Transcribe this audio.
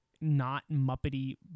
not-Muppety